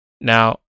Now